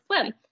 swim